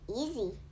easy